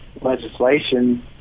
legislation